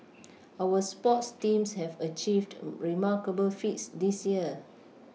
our sports teams have achieved remarkable feats this year